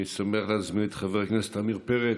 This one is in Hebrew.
אני שמח להזמין את חבר הכנסת עמיר פרץ,